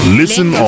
listen